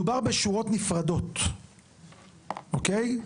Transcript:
מדובר בשורות נפרדות, אוקיי?